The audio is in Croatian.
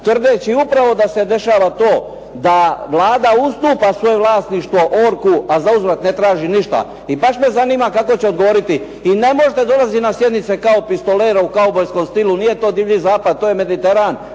tvrdeći upravo da se dešava to da Vlada ustupa svoje vlasništvo "ORCU", a za uzvrat ne traži ništa. I baš me zanima kako će odgovoriti. I ne možete dolaziti na sjednice kao pistolero u kaubojskom stilu, nije to Divlji zapad, to je Mediteran